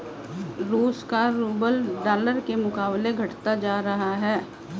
रूस का rouble dollar के मुकाबले घटता जा रहा है